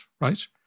right